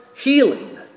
healing